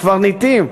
הקברניטים,